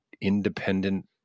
independent